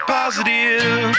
positive